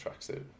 tracksuit